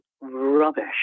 rubbish